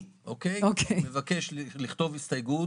מבקש לכתוב הסתייגות